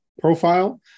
Profile